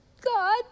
God